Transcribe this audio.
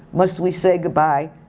must we say goodbye?